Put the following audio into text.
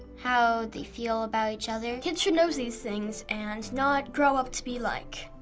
how they feel about each other. kids should know these things and not grow up to be like,